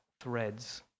threads